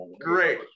great